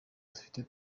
dufite